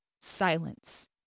silence